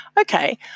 okay